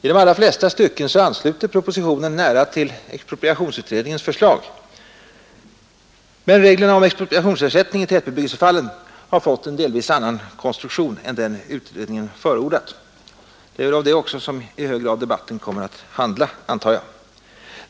I de allra flesta stycken ansluter propositionen nära till expropriationsutredningens förslag. Men reglerna om expropriationsersättning i tätbebyggelse har fått en delvis annan konstruktion än den utredningen förordat. Det är väl i hög grad om detta som debatten kommer att handla, antar jag.